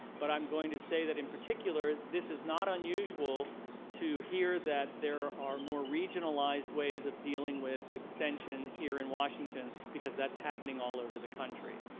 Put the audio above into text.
but i'm going to say that in particular this is not unusual to hear that there are more regionalized ways of dealing with extension here in washington because that's happening all over the country.